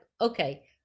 okay